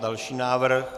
Další návrh.